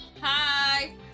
Hi